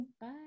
bye